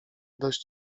dość